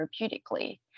therapeutically